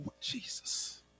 Jesus